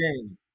game